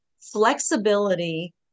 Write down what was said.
flexibility